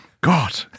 God